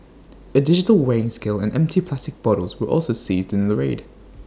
A digital weighing scale and empty plastic bottles were also seized in the raid